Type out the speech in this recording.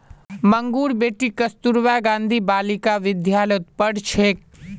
मंगूर बेटी कस्तूरबा गांधी बालिका विद्यालयत पढ़ छेक